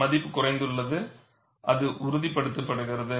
மதிப்பு குறைந்துள்ளது அது உறுதிப்படுத்துகிறது